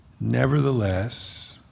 Nevertheless